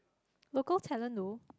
local talent though